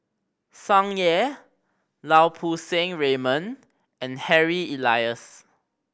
Tsung Yeh Lau Poo Seng Raymond and Harry Elias